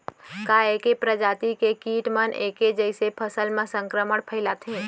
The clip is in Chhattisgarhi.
का ऐके प्रजाति के किट मन ऐके जइसे फसल म संक्रमण फइलाथें?